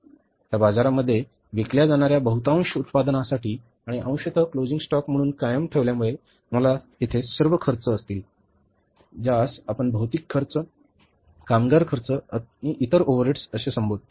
आता बाजारामध्ये विकल्या जाणाऱ्या बहुतांश उत्पादनासाठी आणि अंशतः क्लोजिंग स्टॉक म्हणून कायम ठेवल्यामुळे आपल्याकडे येथे सर्व खर्च असतील ज्यास आपण भौतिक खर्च कामगार खर्च आणि इतर ओव्हरहेड्स असे संबोधता